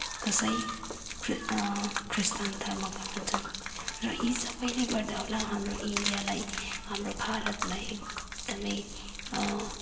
कसै क्रिस्तान धर्मका हुन्छन् र यी सबैले गर्दा होला हाम्रो इन्डियालाई हाम्रो भारतलाई एकदमै